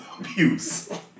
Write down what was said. abuse